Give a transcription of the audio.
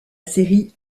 série